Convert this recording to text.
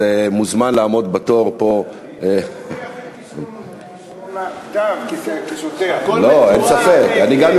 אני קובע כי הצעת חוק השאלת ספרי לימוד